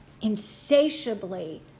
insatiably